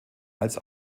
als